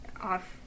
off